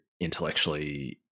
intellectually